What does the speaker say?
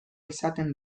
izaten